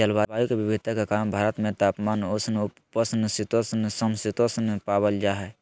जलवायु के विविधता के कारण भारत में तापमान, उष्ण उपोष्ण शीतोष्ण, सम शीतोष्ण पावल जा हई